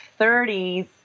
30s